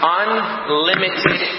unlimited